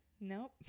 nope